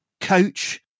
coach